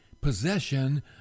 possession